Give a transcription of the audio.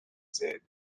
said